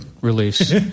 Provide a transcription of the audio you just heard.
release